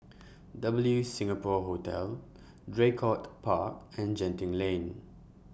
W Singapore Hotel Draycott Park and Genting Lane